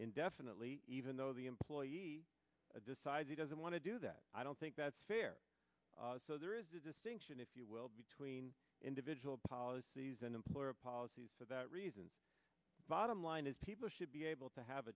indefinitely even though the employee decides he doesn't want to do that i don't think that's fair so there is a distinction if you will between individual policies and employer policies for that reason bottom line is people should be able to have